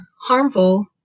harmful